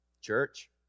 Church